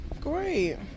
Great